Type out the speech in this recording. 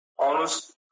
honest